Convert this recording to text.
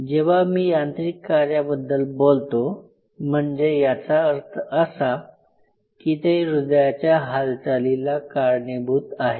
जेव्हा मी यांत्रिक कार्याबद्दल बोलतो म्हणजे याचा अर्थ असा की ते हृदयाच्या हालचालीला कारणीभूत आहेत